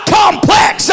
complex